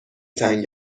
تنگ